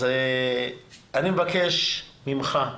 אז אני מבקש ממך,